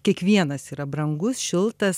kiekvienas yra brangus šiltas